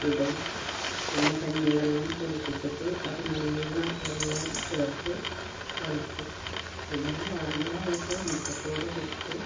ഇടും പിന്നെ കഞ്ഞി വെള്ളം പുളിപ്പിച്ചിട്ട് അത് നല്ലോണം വെള്ളം ചേർത്ത് തളിക്കും പിന്നെ വളങ്ങളായിട്ട് മുട്ടത്തോട് പൊടിച്ച്